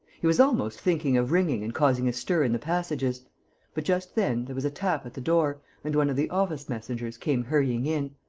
he was almost thinking of ringing and causing a stir in the passages but, just then there was a tap at the door and one of the office-messengers came hurrying in.